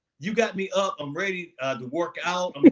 you got me up, i'm ready to work out,